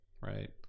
right